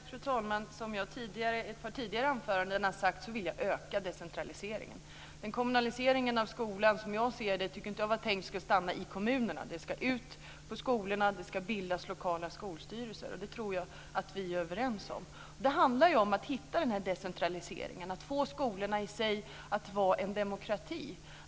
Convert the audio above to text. Fru talman! Som jag i ett par tidigare anföranden har sagt vill jag öka decentraliseringen. Den kommunalisering av skolan som vi ser tycker jag inte var tänkt att stanna i kommunerna. Den ska ut på skolorna. Det ska bildas lokala skolstyrelser. Det tror jag att vi är överens om. Det handlar ju om att hitta den här decentraliseringen, att få skolorna i sig att vara en demokrati.